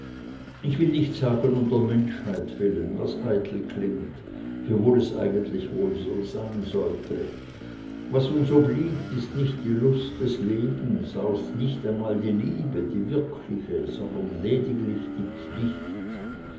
ich will nicht sagen um der menschheit willen was eitel klingt wiewohl es eigentlich wohl so sein sollte was uns obliegt ist nicht die lust des lebens auch nicht einmal die liebe die wirkliche sondern lediglich die pflicht